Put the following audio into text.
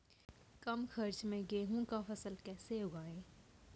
कम खर्च मे गेहूँ का फसल कैसे उगाएं?